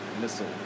missile